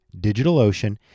DigitalOcean